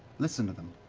listen to them.